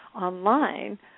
online